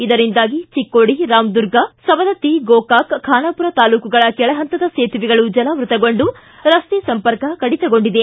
ಇದರಿಂದಾಗಿ ಚಿಕ್ಕೋಡಿ ರಾಮದುರ್ಗ ಸವದತ್ತಿ ಗೋಕಾಕ ಖಾನಾಮೂರ ತಾಲೂಕುಗಳ ಕೆಳಹಂತದ ಸೇತುವೆಗಳು ಜಲಾವೃತ್ತಗೊಂಡು ರಸ್ತೆ ಸಂಪರ್ಕ ಕಡಿತಗೊಂಡಿದೆ